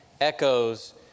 echoes